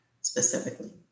specifically